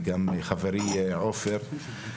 וגם חברי עופר.